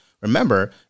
remember